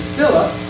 Philip